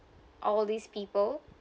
all these people